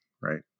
right